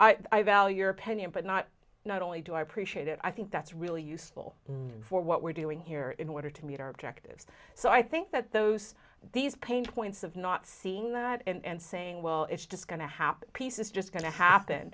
your i value your opinion but not not only do i appreciate it i think that's really useful for what we're doing here in order to meet our objectives so i think that those these pain points of not seeing that and saying well it's just going to happen piece is just going to happen